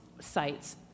sites